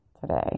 today